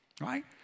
right